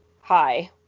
Hi